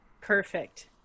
Perfect